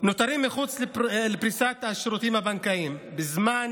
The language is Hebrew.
הם נותרים מחוץ לפריסת השירותים הבנקאיים בזמן